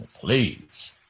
please